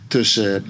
tussen